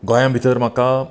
गोंया भितर म्हाका